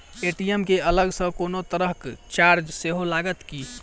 ATM केँ अलग सँ कोनो तरहक चार्ज सेहो लागत की?